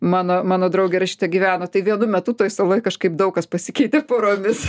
mano mano draugė rašytoja gyveno tai vienu metu toj saloj kažkaip daug kas pasikeitė poromis